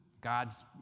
God's